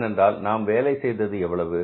ஏனென்றால் நாம் வேலை செய்தது எவ்வளவு